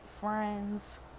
friends